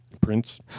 Prince